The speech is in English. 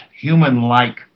human-like